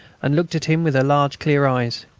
and looked at him with her large clear eyes.